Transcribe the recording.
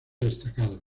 destacados